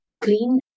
clean